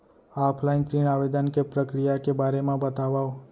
Offline ऋण आवेदन के प्रक्रिया के बारे म बतावव?